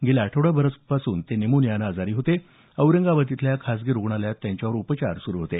गेल्या काल आठवडाभरापासून ते न्यूमोनियाने आजारी होते औरंगाबाद इथल्या खासगी रुग्णालयात त्यांच्यावर उपचार सुरू होते